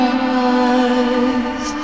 eyes